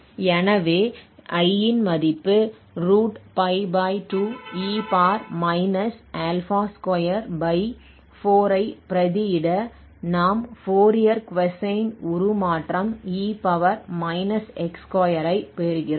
எனவே I ன் மதிப்பு 2 e 24 ஐ பிரதியிட நாம் ஃபோரியர் கொசைன் உருமாற்றம் e x2 ஐ பெறுகிறோம்